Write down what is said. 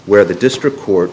where the district court